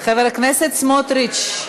חבר הכנסת סמוטריץ,